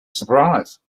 surprise